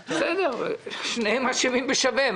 שניהם אשמים בשווה.